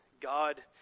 God